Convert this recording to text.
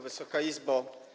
Wysoka Izbo!